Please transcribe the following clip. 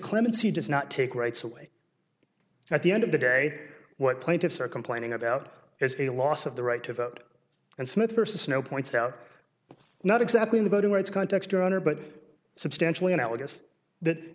clemency does not take rights away at the end of the day what plaintiffs are complaining about is a loss of the right to vote and smith versus no points out not exactly the voting rights context or honor but substantially analogous